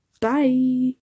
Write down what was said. Bye